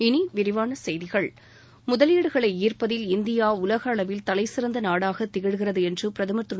இனி விரிவான செய்திகள் முதலீடுகளைஈா்ப்பதில் இந்தியா உலகளவில் தலைசிறந்த நாடாக திகழ்கிறது என்று பிரதமா் திரு